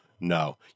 no